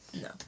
No